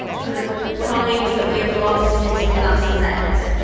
for the colleagues that we have lost since we last met.